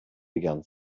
began